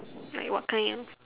like what kind ya